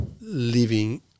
living